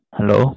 Hello